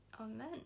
Amen